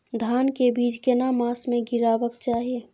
धान के बीज केना मास में गीरावक चाही?